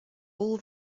all